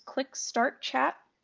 click start chat,